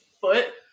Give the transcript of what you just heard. foot